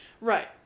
Right